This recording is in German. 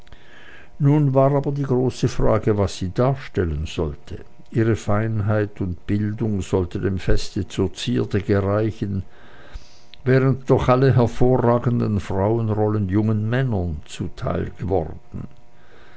nun war aber die große frage was sie vorstellen sollte ihre feinheit und bildung sollte dem feste zur zierde gereichen während doch alle hervorragenden frauenrollen jungen männern zuteil geworden